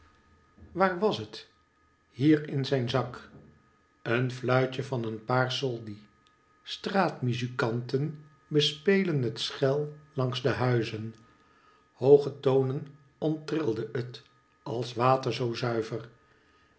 waar was het hier in zijn zak een fluitje van een paar soldi straatmuzikanten bespelen het schel langs de huizen hooge tonen onttrilde het als water zoo zuiver